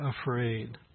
afraid